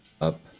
up